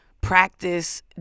practice